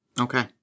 Okay